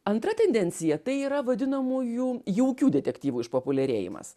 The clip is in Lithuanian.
antra tendencija tai yra vadinamųjų jaukių detektyvų išpopuliarėjimas